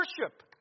worship